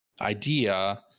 idea